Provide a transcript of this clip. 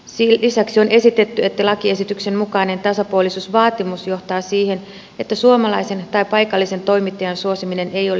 lisäksi on esitetty että lakiesityksen mukainen tasapuolisuusvaatimus johtaa siihen että suomalaisen tai paikallisen toimittajan suosiminen ei olisi mahdollista